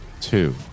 two